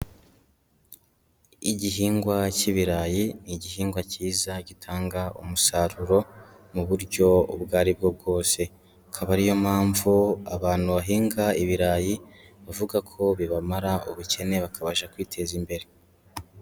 Igihingwa cy'ibirayi ni igihingwa cyiza gitanga umusaruro mu buryo ubwo ari bwo bwose. Akaba ari yo mpamvu abantu bahinga ibirayi bavuga ko bibamara ubukene bakabasha kwiteza imbere.